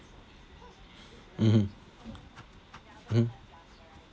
mmhmm hmm